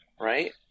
right